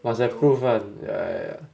must have proof one ya ya ya